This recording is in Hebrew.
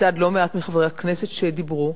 מצד לא מעט מחברי הכנסת שדיברו,